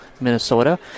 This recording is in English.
Minnesota